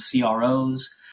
CROs